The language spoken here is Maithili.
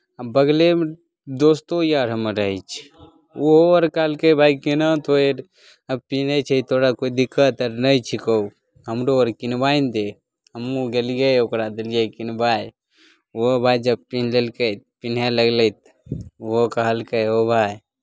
आ बगलेमे दोस्तो यार हमर रहै छै ओहो आर कहलकै भाय केना तोँ आर पिन्है छै तोरा कोइ दिक्कत आर नहि छिकौ हमरो आर किनवाय ने दे हमहूँ गेलियै ओकरा देलियै किनवाय ओहो भाय जब पिन्ह लेलकै पिन्हय लगलै ओहो कहलकै ओ भाय